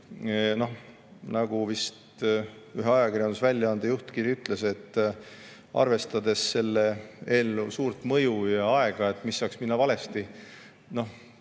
Nagu vist ühe ajakirjandusväljaande juhtkiri ütles, et arvestades selle eelnõu suurt mõju ja aega, mis saaks minna valesti. Ma